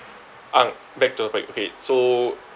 ang back to topic okay so